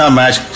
match